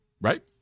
Right